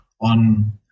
On